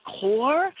core